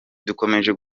dukomeje